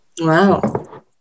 Wow